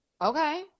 okay